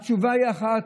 התשובה היא אחת: